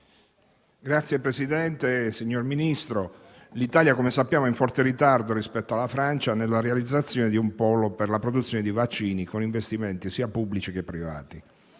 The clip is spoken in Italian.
*(Misto)*. Signor Ministro, come sappiamo, l'Italia è in forte ritardo rispetto alla Francia nella realizzazione di un polo per la produzione di vaccini con investimenti sia pubblici che privati.